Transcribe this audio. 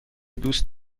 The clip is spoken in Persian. دوست